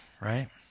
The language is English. right